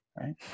right